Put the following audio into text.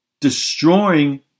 destroying